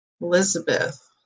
Elizabeth